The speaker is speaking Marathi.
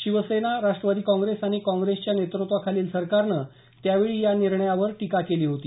शिवसेना राष्ट्रवादी काँग्रेस आणि काँग्रेसच्या नेतृत्त्वाखालील सरकारनं त्यावेळी या निर्णयावर टीका केली होती